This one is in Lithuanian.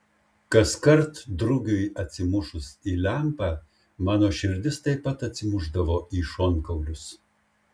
kaskart drugiui atsimušus į lempą mano širdis taip pat atsimušdavo į šonkaulius